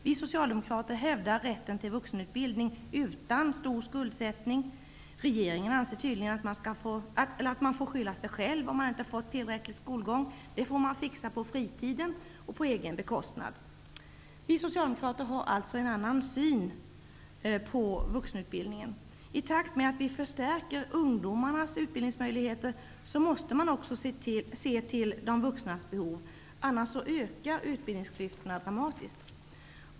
Vi socialdemokrater hävdar rätten till vuxenutbildning utan stor skuldsättning. Regeringen anser tydligen att man får skylla sig själv om man inte fått tillräcklig skolgång; det får man fixa på fritiden och på egen bekostnad. Vi socialdemokrater har alltså en annan syn på vuxenutbildningen. I takt med att vi förstärker ungdomarnas utbildningsmöjligheter måste vi också se till de vuxnas behov, annars ökar utbildningsklyftorna dramatiskt.